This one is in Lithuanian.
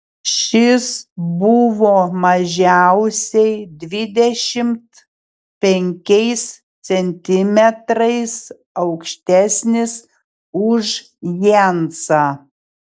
šis buvo mažiausiai dvidešimt penkiais centimetrais aukštesnis už jensą